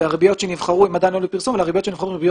הריביות שנבחרו הן עדיין לא לפרסום אבל הן ריביות טובות.